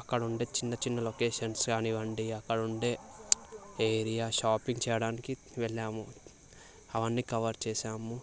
అక్కడ ఉండే చిన్న చిన్న లొకేషన్స్ కానివ్వండి అక్కడ ఉండే ఏరియా షాపింగ్ చేయడానికి వెళ్ళాము అవన్నీ కవర్ చేసాము